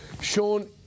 Sean